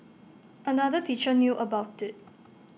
another teacher knew about IT